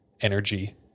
energy